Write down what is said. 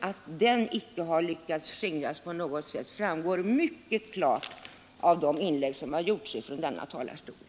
Att vi inte har lyckats skingra den framgår mycket klart av de inlägg som har gjorts från denna talarstol.